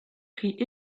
prix